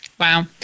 Wow